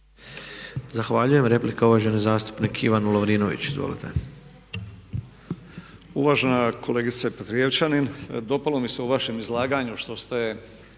Zahvaljujem. Replika uvaženI zastupnik Ivan Lovrinović. Izvolite.